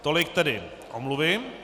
Tolik tedy omluvy.